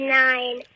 nine